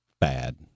bad